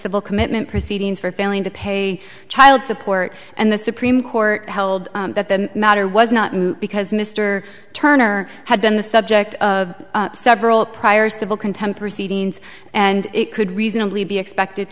civil commitment proceedings for failing to pay child support and the supreme court held that the matter was not because mr turner had been the subject of several prior civil contempt proceedings and it could reasonably be expected